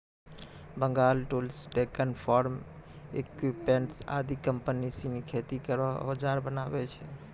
Bengal tools, Deccan farm equipments आदि company सिनी खेती केरो औजार बनावै छै